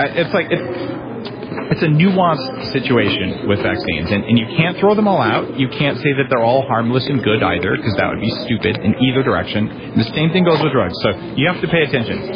ah it's like it's a nuanced situation with vaccines, and and you can't throw them all out, you can't say that they're all harmless and good either, because that would be stupid in either direction, and the same thing goes with drugs. so, you have to pay attention.